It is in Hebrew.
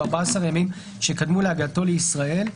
ב-14 הימים שקדמו להגעתו לישראל,